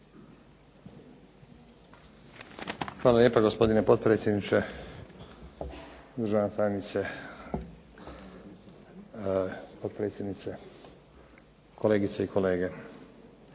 Hvala lijepo gospodine potpredsjedniče. Državna tajnice, potpredsjednice, kolegice i kolege.